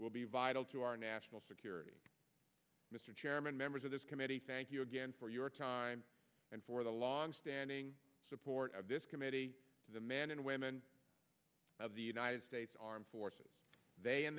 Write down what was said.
will be vital to our national security mr chairman members of this committee thank you again for your time and for the long standing support of this committee the men and women of the united states armed forces they